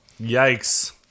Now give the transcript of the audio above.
Yikes